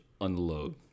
unload